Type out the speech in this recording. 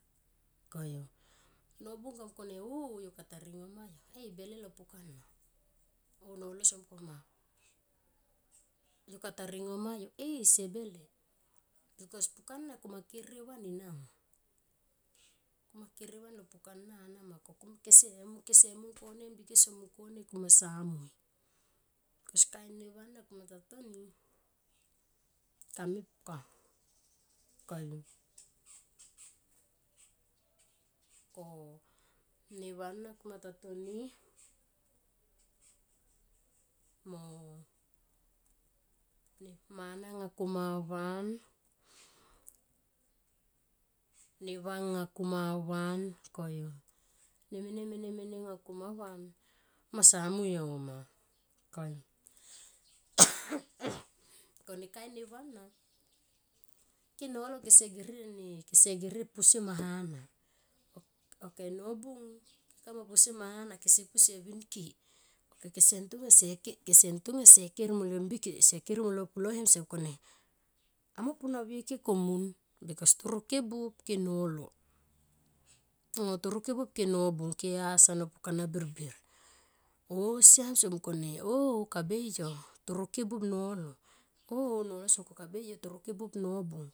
Koyu. Nobung so mungkone o o kata ringomayo e bale lo pukana o nolo so mungkoma yo kata ringoma yo e se bele bikos pukana kumakere van enama. Kuma kere van lo pukana nama, ko kese, kese mungkone mbike mungkone kuma sa mui bikos kain neva ana kuma ta toni kamepka, koyu ko neva ana kuma ta toni mo ne mana anga kumavan neva nga kumavan koyu ne mene, mene, mene nga kumavan kumasa mui auma, koyu. kone kain neva na ke nolo kese gere ne kese posie ma hana ok nobung keme posie ma hanakese pu kese vin ke pe kese ntonga kese ker molo mbike se ke molo pulohem kese mungkone amo pu nahue ke komun bikos toro kebuop ke nolo o toro ke buop nobung ke has ano pukana birbir o siam so mungkone oo kabe yo toro ke buop nolo oo nolo so mungkone kabeyo toro kebuop nobung.